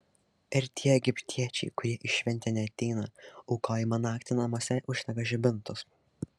ir tie egiptiečiai kurie į šventę neateina aukojimo naktį namuose uždega žibintus